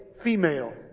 female